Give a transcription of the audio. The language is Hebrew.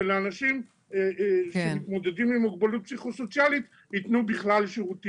ולאנשים שמתמודדים עם מוגבלות פסיכו סוציאלית ייתנו אחרים.